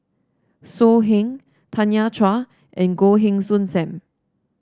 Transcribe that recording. So Heng Tanya Chua and Goh Heng Soon Sam